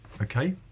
Okay